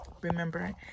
Remember